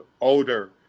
older